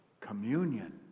communion